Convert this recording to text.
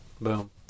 boom